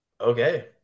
okay